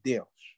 Deus